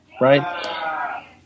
right